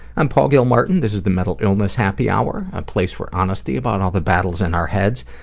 i'm paul gilmartin this is the mental illness happy hour, a place for honesty about all the battles in our heads,